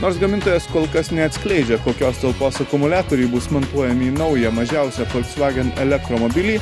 nors gamintojas kol kas neatskleidžia kokios talpos akumuliatoriai bus montuojami į naują mažiausią folksvagen elektromobilį